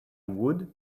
would